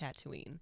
Tatooine